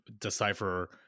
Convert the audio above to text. decipher